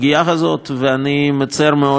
ואני מצר מאוד שלא שמעתי.